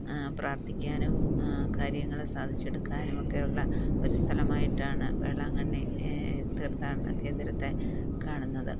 പ്രാർത്ഥിക്കാനും കാര്യങ്ങള് സാധിച്ചെടുക്കാനുമൊക്കെയുള്ള ഒരു സ്ഥലമായിട്ടാണ് വേളാങ്കണ്ണി തീർത്ഥാടന കേന്ദ്രത്തെ കാണുന്നത്